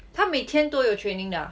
他每天都有 training 的 ah